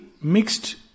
mixed